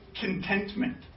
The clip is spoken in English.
contentment